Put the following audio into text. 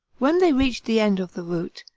when they reached the end of the route,